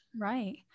Right